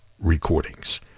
recordings